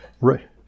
right